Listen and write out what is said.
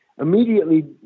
Immediately